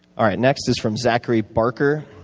ah next is from zachary barker.